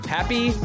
Happy